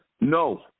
No